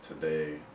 today